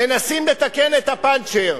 מנסים לתקן את הפנצ'ר,